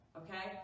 okay